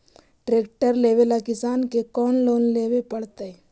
Tractor लेवेला किसान के कौन लोन लेवे पड़तई?